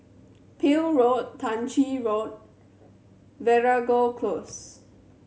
Peel Road Tah Ching Road Veeragoo Close